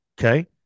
Okay